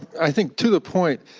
i think to the point,